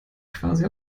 quasi